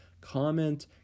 Comment